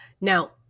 Now